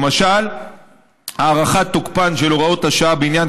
למשל הארכת תוקפן של הוראות השעה בעניין